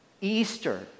Easter